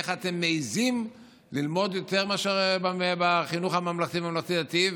איך אתם מעיזים ללמוד יותר מאשר בחינוך הממלכתי והממלכתי-דתי?